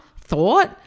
thought